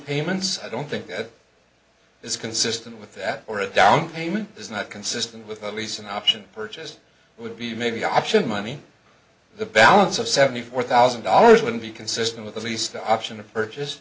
payments i don't think that is consistent with that or a downpayment is not consistent with a lease an option purchase would be maybe option money the balance of seventy four thousand dollars would be consistent with at least the option of purchase